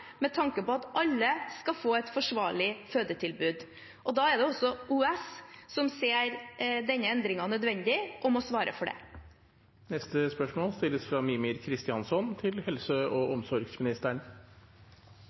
med tanke på at alle skal få et forsvarlig fødetilbud. Da er det OUS, som ser denne endringen som nødvendig, som må svare for det. «I retningslinjene for barselomsorg står det: «Sykehusoppholdets varighet tilpasses kvinnens og